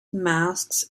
masks